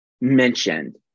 mentioned